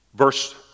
Verse